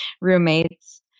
roommates